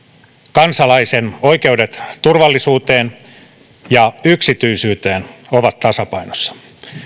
kansalaisen oikeudet turvallisuuteen ja yksityisyyteen ovat tasapainossa